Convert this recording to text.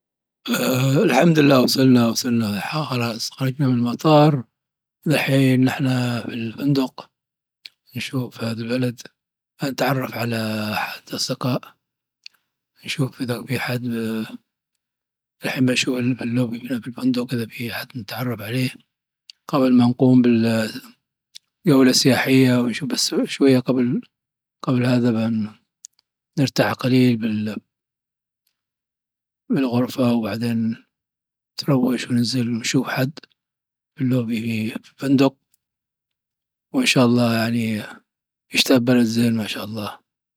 الحمد الله. وصلنا ولنا خلاص وصلنا المطار ذلحين نحنا بالفندق بانشوف عذي البلد بانعرف على أصدقاء بانشوف اذا فيه حد في الفندق كذا نتعرف عليه قبل ما نقوم بالـ جولة سياحية ونشوف شوية قبل هذا نرتاح قليل بالغرفة وبعدين نتروَّش ونشوف حد في اللوبي في الفندق وان شاء الله يعني يشتاف بلد زين ما شاء الله